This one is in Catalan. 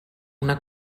una